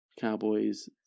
Cowboys